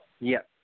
yes